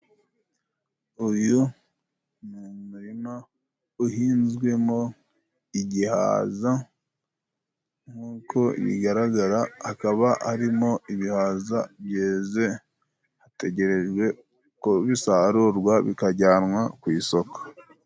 Uyu ni umurima uhinzwemo igihaza， nk'uko bigaragara hakaba harimo ibihaza byeze， hategerejwe ko bisarurwa bikajyanwa ku isoko.